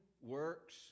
works